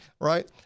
right